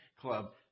Club